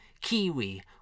Kiwi